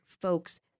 folks